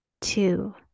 Two